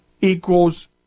equals